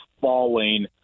falling